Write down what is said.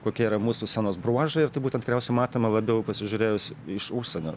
kokie yra mūsų scenos bruožai ir tai būtent tikriausia matoma labiau pasižiūrėjus iš užsienio